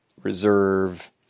Reserve